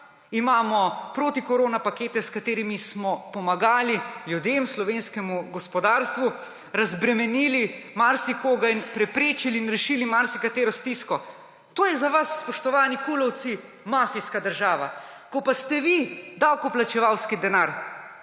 Imamo protikoronske pakete, s katerimi smo pomagali ljudem, slovenskemu gospodarstvu, razbremenili marsikoga in preprečili in rešili marsikatero stisko. To je za vas, spoštovani Kulovci, mafijska država. Ko pa ste vi davkoplačevalski denar